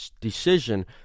decision